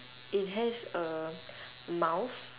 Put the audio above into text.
it has a mouth